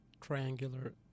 Triangular